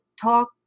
talk